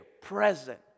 present